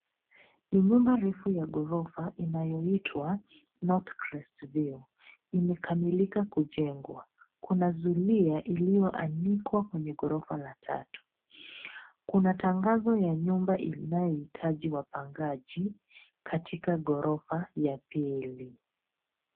Ni nyumba refu ya ghorofa inayoitwa north crest view limekamilika kujengwa, kuna zulia iliyoanikwa kwenye ghorofa la tatu kuna tangazo ya nyumba inayohitaji wapangaji katika ghorofa ya pili.